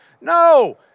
No